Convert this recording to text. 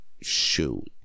Shoot